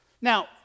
Now